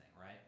right